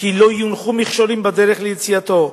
כי לא יונחו מכשולים בדרך ליציאתו.